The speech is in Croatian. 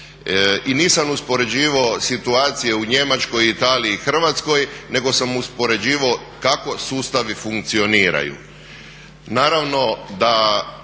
I nisam uspoređivao situacije u Njemačkoj, Italiji i Hrvatskoj, nego sam uspoređivao kako sustavi funkcioniraju.